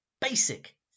basic